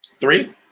Three